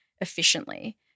efficiently